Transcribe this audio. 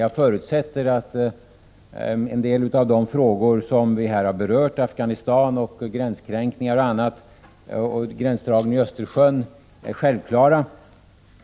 Jag förutsätter att en del av de frågor vi här har berört, Afghanistan, gränskränkningar och gränsdragning i Östersjön är självklara.